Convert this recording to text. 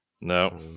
No